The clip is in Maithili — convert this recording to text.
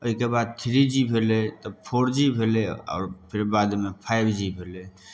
एहिके बाद थ्री जी भेलै तऽ फोर जी भेलै आओर फेर बादमे फाइव जी भेलै